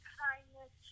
kindness